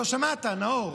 לא שמעת, נאור.